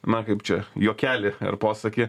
na kaip čia juokelį ar posakį